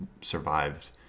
survived